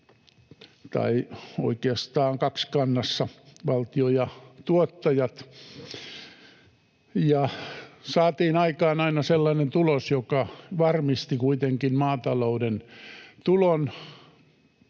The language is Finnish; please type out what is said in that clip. tai oikeastaan kaksikannassa, valtio ja tuottajat. Saatiin aikaan aina sellainen tulos, joka varmisti kuitenkin maatalouden tulon